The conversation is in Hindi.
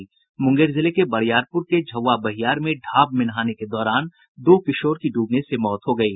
मुंगेर जिले के बरियारपुर के झौवा बहियार में ढाब में नहाने के दौरान दो किशोर की डूबने से मौत हो गयी